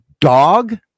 dog